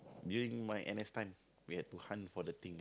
during my N_S time we had to hunt for the thing ah